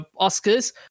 Oscars